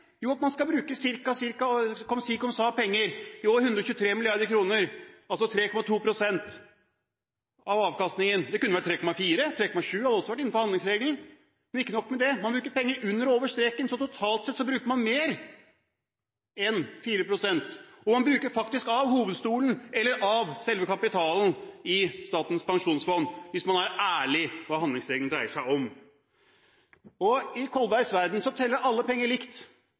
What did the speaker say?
Jo, at man skal bruke ca., ca. – «comme ci comme ça» – penger, i år 123 mrd. kr, altså 3,2 pst. av avkastningen. Det kunne vært 3,4, 3,7 – det hadde også vært innenfor handlingsregelen. Men ikke nok med det: Man bruker penger under og over streken, så totalt sett bruker man mer enn 4 pst. Og man bruker faktisk av hovedstolen, eller av selve kapitalen, i Statens pensjonsfond, hvis man er ærlig om hva handlingsregelen dreier seg om. I Kolbergs verden teller alle penger likt.